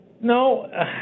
No